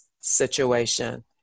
situation